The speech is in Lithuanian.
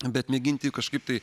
bet mėginti kažkaip tai